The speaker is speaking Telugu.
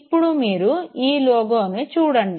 ఇప్పుడు మీరు ఈ లోగోని చూడండి